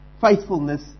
faithfulness